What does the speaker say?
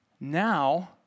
Now